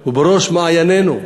הוא בראש מעיינינו.